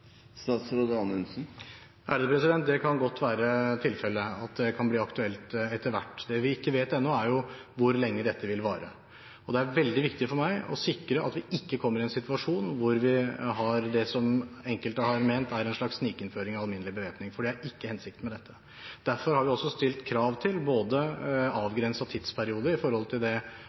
Det kan godt være tilfellet at det kan bli aktuelt etter hvert. Det vi ikke vet ennå, er hvor lenge dette vil vare, og det er veldig viktig for meg å sikre at vi ikke kommer i en situasjon hvor vi har det som enkelte har ment er en slags snikinnføring av alminnelig bevæpning, for det er ikke hensikten med dette. Derfor har vi også stilt krav til avgrenset tidsperiode når det gjelder det